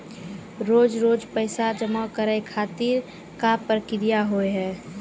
रोज रोज पैसा जमा करे खातिर का प्रक्रिया होव हेय?